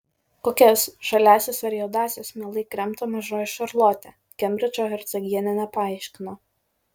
kokias žaliąsias ar juodąsias mielai kremta mažoji šarlotė kembridžo hercogienė nepaaiškino